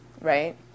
right